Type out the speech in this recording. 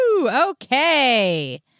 Okay